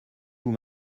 vous